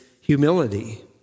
humility